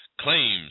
Claims